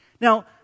Now